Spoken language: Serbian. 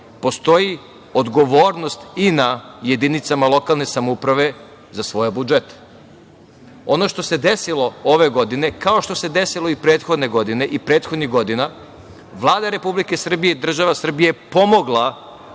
postoji odgovornost i na jedinicama lokalne samouprave za svoje budžete. Ono što se desilo ove godine, kao što se desilo i prethodne godine i prethodnih godina, Vlada Republike Srbije i država Srbija je pomogla